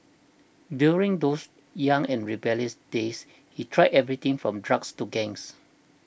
during those young and rebellious days he tried everything from drugs to gangs